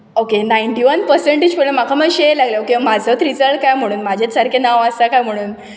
okay ninety one percentage पडला म्हाका मातशें हें लागलें ओके म्हजोच रिजल्ट काय म्हुणून म्हजेंच सारकें नांव आसा काय म्हुणून